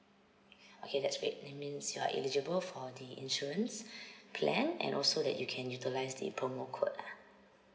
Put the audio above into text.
okay that'S_Great that means you are eligible for the insurance plan and also that you can utilise the promo code ah